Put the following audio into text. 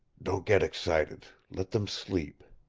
don't get excited. let them sleep.